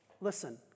Listen